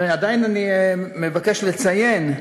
עדיין אני מבקש לציין,